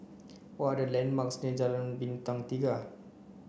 what are the landmarks Bintang Tiga